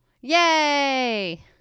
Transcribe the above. Yay